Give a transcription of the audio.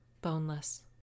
boneless